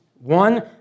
One